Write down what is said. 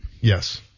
Yes